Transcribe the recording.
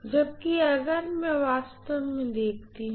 जबकि अगर मैं वास्तव में देखती हूँ